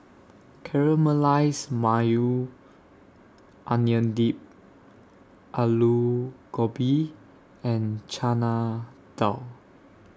Caramelized Maui Onion Dip Alu Gobi and Chana Dal